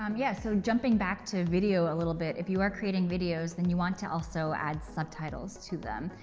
um yeah so jumping back to video a little bit, if you are creating videos then you want to also add subtitles to them.